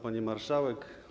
Pani Marszałek!